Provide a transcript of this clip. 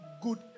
good